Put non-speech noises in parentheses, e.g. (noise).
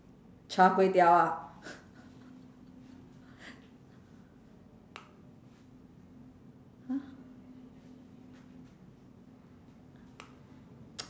char-kway-teow ah (laughs) !huh! (noise)